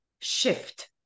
shift